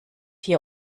hier